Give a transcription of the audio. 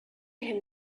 him